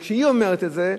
וכשהיא אומרת את זה,